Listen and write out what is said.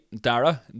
Dara